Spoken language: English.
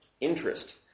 interest